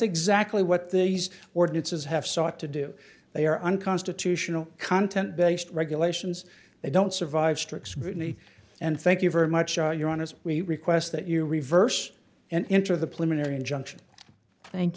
exactly what these ordinances have sought to do they are unconstitutional content based regulations they don't survive strict scrutiny and thank you very much on your own as we request that you reverse and enter the plume an air injunction thank